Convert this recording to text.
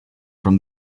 from